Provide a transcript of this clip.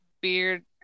beard